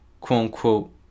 quote-unquote